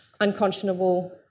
unconscionable